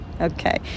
Okay